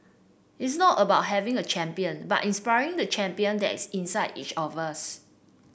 it's not about having a champion but inspiring the champion that is inside each of us